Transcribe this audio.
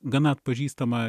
gana atpažįstama